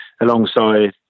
alongside